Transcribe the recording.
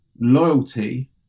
loyalty